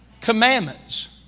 commandments